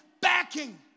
backing